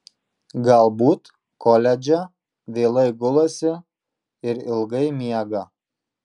galbūt koledže vėlai gulasi ir ilgai miega